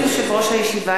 ברשות יושב-ראש הישיבה,